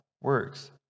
works